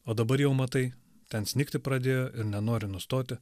o dabar jau matai ten snigti pradėjo ir nenori nustoti